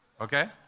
okay